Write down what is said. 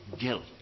guilt